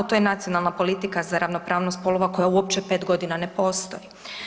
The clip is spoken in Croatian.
To je Nacionalna politika za ravnopravnost spolova koja uopće 5.g. ne postoji.